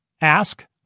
Ask